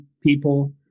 people